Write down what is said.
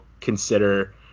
consider